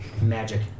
magic